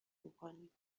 میکنیم